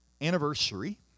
anniversary